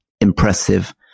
impressive